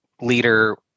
leader